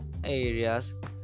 areas